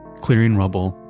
clearing rubble,